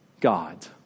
God